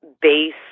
base